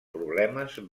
problemes